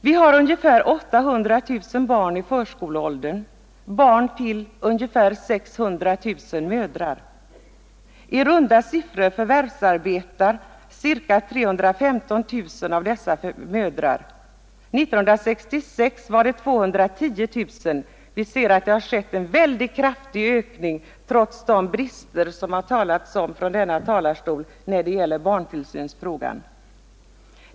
Vi har ungefär 800 000 barn i förskoleåldern, barn till ungefär 600 000 mödrar. I runda siffror förvärvsarbetar 315 000 av dessa mödrar. År 1966 var det 210 000. Vi ser att det har skett en väldigt kraftig ökning trots de brister som det talas om från denna talarstol när det gäller barntillsynsfrågan.